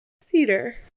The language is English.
Cedar